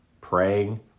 praying